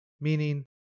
meaning